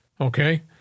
okay